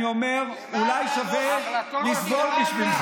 אני אומר: אולי שווה לסבול, למען מה, מוסי?